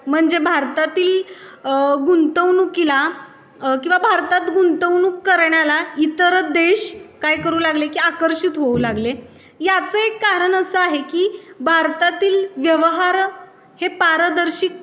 म्हणजे भारतातील गुंतवणुकीला किंवा भारतात गुंतवणूक करण्याला इतर देश काय करू लागले की आकर्षित होऊ लागले याचं एक कारण असं आहे की भारतातील व्यवहार हे पारदर्शी